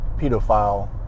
pedophile